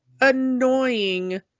annoying